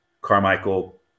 Carmichael